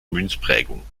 münzprägung